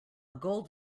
gold